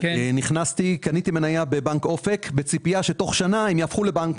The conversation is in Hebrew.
קניתי מניה בבנק אופק בציפייה שתוך שנה הם יהפכו לבנק.